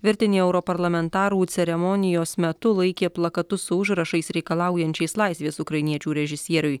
virtinė europarlamentarų ceremonijos metu laikė plakatus su užrašais reikalaujančiais laisvės ukrainiečių režisieriui